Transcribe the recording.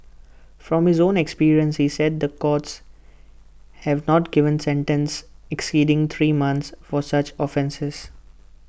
from his own experience he said the courts have not given sentences exceeding three months for such offences